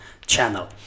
channel